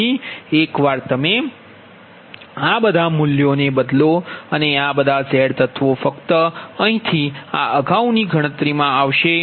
તેથી એકવાર તમે આ બધા મૂલ્યોને બદલો અને આ બધા Z તત્વો ફક્ત અહીંથી આ અગાઉના ગણતરીમાંથી આવશે